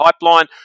pipeline